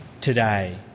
today